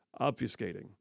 obfuscating